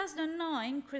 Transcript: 2009